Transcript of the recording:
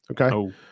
Okay